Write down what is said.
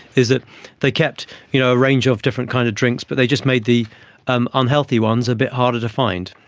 is that they kept you know a range of different kind of drinks but they just made the um unhealthy ones a bit harder to find,